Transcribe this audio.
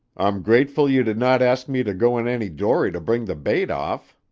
i'm grateful you did not ask me to go in any dory to bring the bait off,